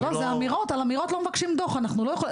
אני לא...